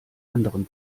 anderen